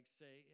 say